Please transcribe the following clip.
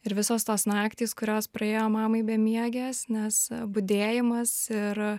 ir visos tos naktys kurios praėjo mamai bemiegės nes budėjimas ir